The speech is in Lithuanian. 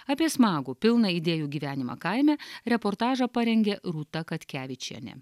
apie smagų pilną idėjų gyvenimą kaime reportažą parengė rūta katkevičienė